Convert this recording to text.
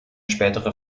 spätere